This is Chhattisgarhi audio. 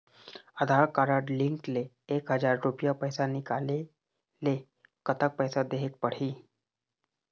आधार कारड लिंक ले एक हजार रुपया पैसा निकाले ले कतक पैसा देहेक पड़ही?